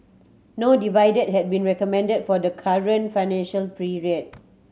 no dividend had been recommended for the current financial period